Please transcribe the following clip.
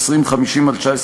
2050/19,